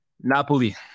Napoli